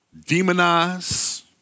demonize